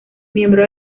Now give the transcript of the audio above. miembro